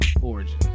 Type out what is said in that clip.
Origin